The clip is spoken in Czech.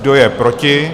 Kdo je proti?